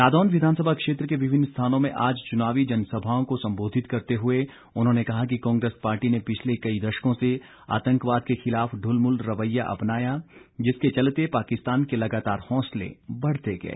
नादौन विधानसभा क्षेत्र के विभिन्न स्थानों में आज चुनावी जनसभाओं को संबोधित करते हुए उन्होंने कहा कि कांग्रेस पार्टी ने पिछले कई दशकों से आतंकवाद के खिलाफ दुलमुल रवैया अपनाया जिसके चलते पाकिस्तान के लगातार होंसले बढ़ते गए